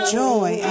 joy